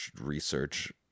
research